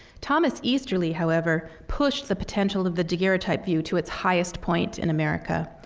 thomas easterly, however, pushed the potential of the daguerreotype view to its highest point in america.